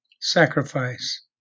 sacrifice